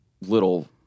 little